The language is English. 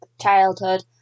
childhood